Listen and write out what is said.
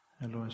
Hello